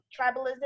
tribalism